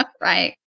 right